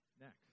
next